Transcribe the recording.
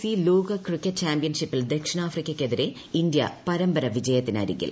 C ലോക cricket ചാമ്പ്യൻഷിപ്പിൽ ദക്ഷിണാഫ്രിക്കയ്ക്കെതിരെ ഇന്ത്യ പരമ്പര വിജയത്തിനിരികിൽ